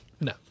No